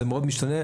זה מאוד משתנה.